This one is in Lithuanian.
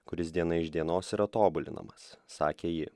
kuris diena iš dienos yra tobulinamas sakė ji